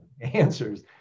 answers